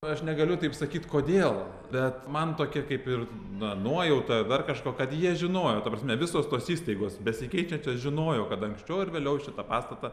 aš negaliu taip sakyt kodėl bet man tokia kaip ir na nuojauta dar kažko kad jie žinojo ta prasme visos tos įstaigos besikeičiančios žinojo kad anksčiau ar vėliau šitą pastatą